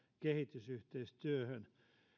kehitysyhteistyöhön